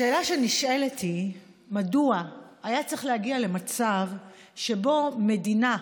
השאלה שנשאלת היא מדוע היה צריך להגיע למצב שבו המדינה,